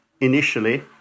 initially